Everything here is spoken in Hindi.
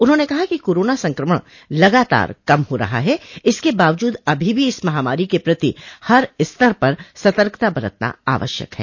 उन्होंने कहा कि कोरोना संकमण लगातार कम हो रहा है इसके बावजूद अभो भी इस महामारी के प्रति हर स्तर पर सतर्कता बरतना आवश्यक है